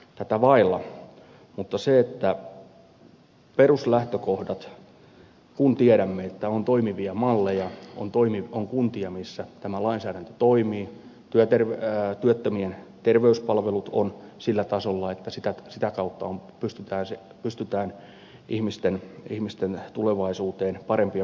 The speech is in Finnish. mutta peruslähtökohtana on että tiedämme että on toimivia malleja ja on kuntia missä tämä lainsäädäntö toimii missä työttömien terveyspalvelut ovat sillä tasolla että sitä kautta pystytään ihmisten tulevaisuuteen parempia perustoja luomaan